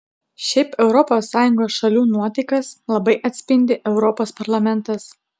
šiaip europos sąjungos šalių nuotaikas labai atspindi europos parlamentas